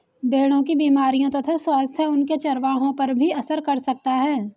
भेड़ों की बीमारियों तथा स्वास्थ्य उनके चरवाहों पर भी असर कर सकता है